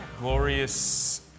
Glorious